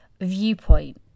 viewpoint